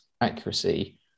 accuracy